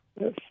Yes